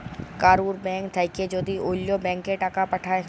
কারুর ব্যাঙ্ক থাক্যে যদি ওল্য ব্যাংকে টাকা পাঠায়